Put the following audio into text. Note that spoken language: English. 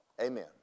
Amen